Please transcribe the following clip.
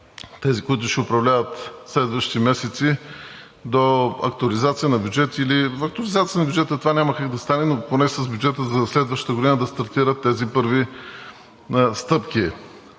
тези, които ще управляват в следващите месеци до актуализация на бюджет, или... С актуализацията на бюджета това няма как да стане, но поне с бюджета за следващата година да стартират тези първи стъпки.